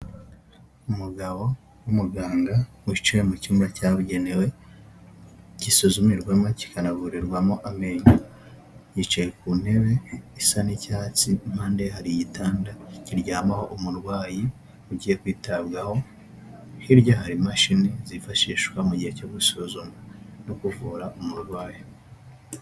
Umugabo w'umuganga wicaye mu cyumba cyabugenewe gisuzumirwamo kikanavurirwamo amenyo yicaye ku ntebe isa n'icyatsipande hari igitanda kiryamaho umurwayi ugiye kwitabwaho hirya hari imashini zifashishwa mu gihe cyo gusuzumwa no kuvura umurwayi.